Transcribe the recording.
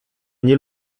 nie